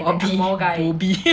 bobby bo bi